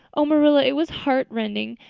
oh, marilla, it was heartrending.